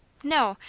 no,